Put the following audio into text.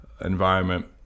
environment